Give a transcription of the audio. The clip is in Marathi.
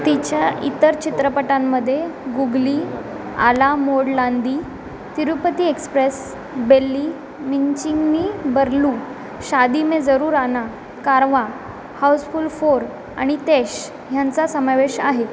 तिच्या इतर चित्रपटांमध्ये गुगली आला मोडलांदी तिरुपती एक्सप्रेस बेल्ली मिंचगी नीनू बरलू शादी में जरूर आना कारवाँ हाऊसफुल फोर आणि तेश ह्यांचा समावेश आहे